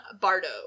Bardo